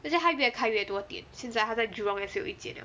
而且它越开越多店现在它在 jurong 也是有一间了